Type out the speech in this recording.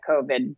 COVID